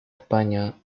españa